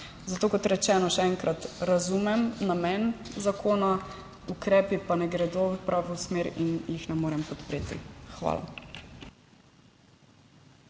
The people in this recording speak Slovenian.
Zato kot rečeno, še enkrat, razumem namen zakona, ukrepi pa ne gredo v pravo smer in jih ne morem podpreti. Hvala.